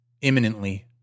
imminently